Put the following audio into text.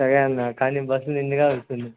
సరే అన్నా కానీ బస్సు నిండుగా వెళ్తుంది